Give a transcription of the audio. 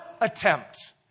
attempt